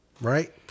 Right